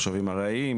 תושבים ארעיים,